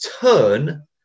turn